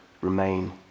remain